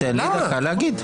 תיתן דקה להגיד.